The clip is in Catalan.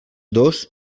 dos